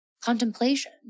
contemplation